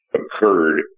occurred